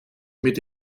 mit